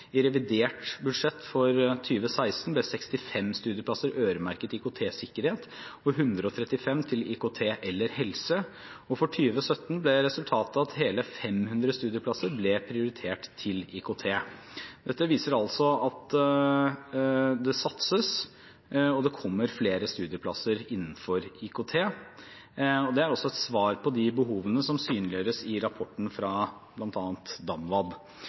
I revidert nasjonalbudsjett for 2016 ble 65 studieplasser øremerket IKT-sikkerhet og 135 til IKT eller helse. Og for 2017 ble resultatet at hele 500 studieplasser ble prioritert til IKT. Dette viser at det satses – og det kommer flere studieplasser innenfor IKT. Det er også et svar på de behovene som synliggjøres i rapporten fra bl.a. DAMVAD.